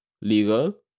legal